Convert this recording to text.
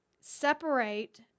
separate